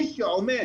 מי שעומד